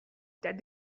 that